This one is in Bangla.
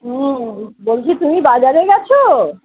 হুম বলছি তুমি বাজারে গেছো